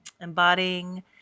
embodying